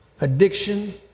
addiction